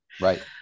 right